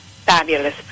Fabulous